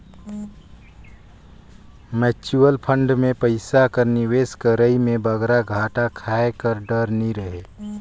mutual fund में पइसा कर निवेस करई में बगरा घाटा खाए कर डर नी रहें